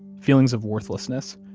feelings of worthlessness,